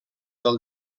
del